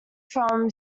from